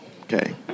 Okay